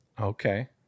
okay